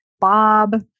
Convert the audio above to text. Bob